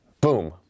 boom